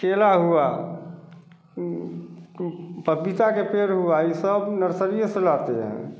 केला हुआ पपीते के पेड़ हुआ यह सब नर्सारिए से लाते हैं